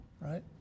Right